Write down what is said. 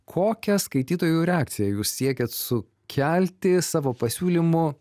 kokią skaitytojų reakciją jūs siekiat sukelti savo pasiūlymu